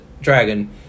Dragon